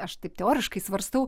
aš taip teoriškai svarstau